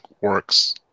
works